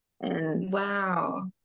Wow